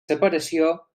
separació